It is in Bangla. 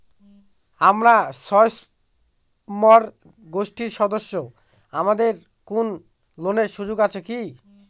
আমরা স্বয়ম্ভর গোষ্ঠীর সদস্য আমাদের কোন ঋণের সুযোগ আছে কি?